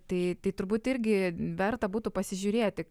tai tai turbūt irgi verta būtų pasižiūrėti